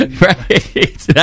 Right